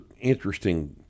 interesting